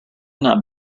not